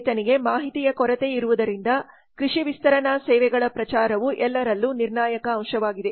ರೈತನಿಗೆ ಮಾಹಿತಿಯ ಕೊರತೆ ಇರುವುದರಿಂದ ಕೃಷಿ ವಿಸ್ತರಣಾ ಸೇವೆಗಳ ಪ್ರಚಾರವು ಎಲ್ಲರಲ್ಲೂ ನಿರ್ಣಾಯಕ ಅಂಶವಾಗಿದೆ